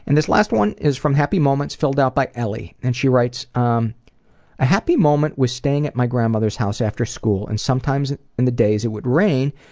and this last one is from happy moments filled out by elli. and she writes, um a happy moment was staying at my grandmother's house after school, and sometimes in the days it would rain,